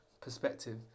perspective